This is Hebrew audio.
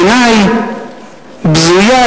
בעיני בזויה,